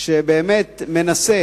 שבאמת מנסה